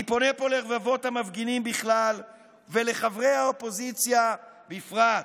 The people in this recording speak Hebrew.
אני פונה פה לרבבות המפגינים בכלל ולחברי האופוזיציה בפרט: